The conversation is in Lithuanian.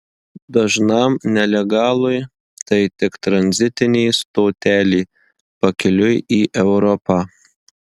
dažnam nelegalui tai tik tranzitinė stotelė pakeliui į europą